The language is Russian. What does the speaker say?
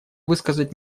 высказать